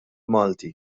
malti